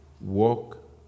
walk